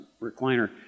recliner